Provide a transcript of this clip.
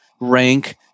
Rank